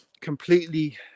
completely